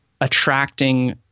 attracting